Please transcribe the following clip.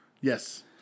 Yes